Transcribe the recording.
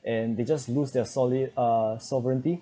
and they just lose their solid uh sovereignty